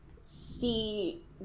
see